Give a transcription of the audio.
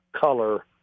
color